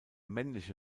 männliche